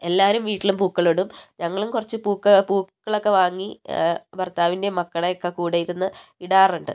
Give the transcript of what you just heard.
എല്ലാവരും വീട്ടിൽ പൂക്കളം ഇടും ഞങ്ങളും കുറച്ച് പൂക്ക പൂക്കളൊക്കെ വാങ്ങി ഭർത്താവിൻ്റെ മക്കളുടെയൊക്കെ കൂടെ ഇരുന്ന് ഇടാറുണ്ട്